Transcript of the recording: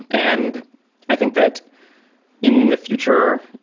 and i think that in the future,